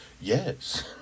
yes